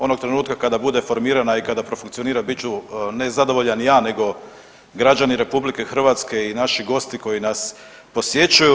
Onog trenutka kada bude formirana i kada profunkcionira bit ću ne zadovoljan ja nego građani RH i naši gosti koji nas posjećuju.